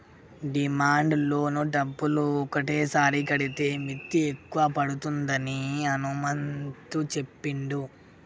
demand loan డబ్బులు ఒకటేసారి కడితే మిత్తి ఎక్కువ పడుతుందని హనుమంతు చెప్పిండు